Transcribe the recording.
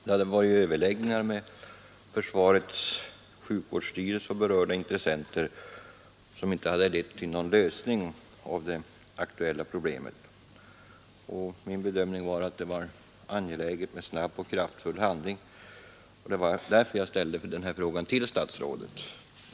Det hade förekommit överläggningar med försvarets sjukvårdsstyrelse och berörda intressenter, som inte hade lett till någon lösning av det aktuella problemet. Min bedömning var att det var angeläget med snabb och kraftfull handling, och det var därför jag ställde min fråga till statsrådet.